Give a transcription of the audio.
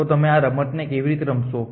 તો તમે આ રમત કેવી રીતે રમશો